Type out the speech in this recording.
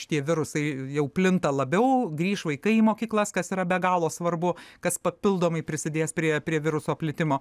šitie virusai jau plinta labiau grįš vaikai į mokyklas kas yra be galo svarbu kas papildomai prisidės prie prie viruso plitimo